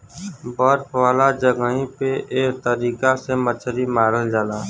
बर्फ वाला जगही पे एह तरीका से मछरी मारल जाला